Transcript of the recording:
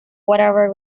whatever